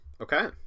okay